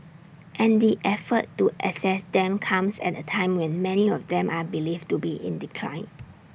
and the effort to assess them comes at A time when many of them are believed to be in decline